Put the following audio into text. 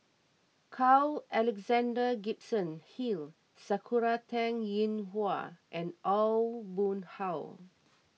Carl Alexander Gibson Hill Sakura Teng Ying Hua and Aw Boon Haw